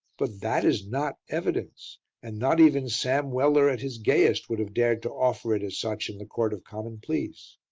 but that is not evidence and not even sam weller at his gayest would have dared to offer it as such in the court of common pleas.